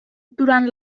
durant